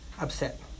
upset